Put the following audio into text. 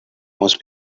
most